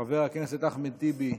חבר הכנסת אחמד טיבי,